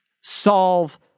solve